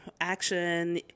action